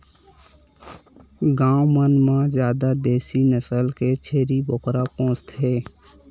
गाँव मन म जादा देसी नसल के छेरी बोकरा पोसथे